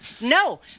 No